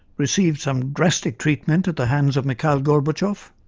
received some drastic treatment at the hands of mikhail gorbachev,